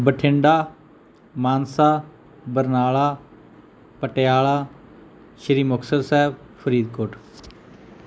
Bathinda Mansa Barnala Patiala Shri Muktsar Sahib Faridkot